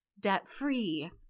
debt-free